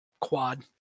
quad